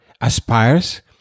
aspires